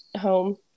home